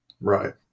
Right